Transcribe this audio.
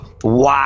Wow